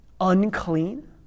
unclean